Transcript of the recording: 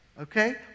Okay